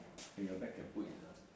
otherwise it cut off we start again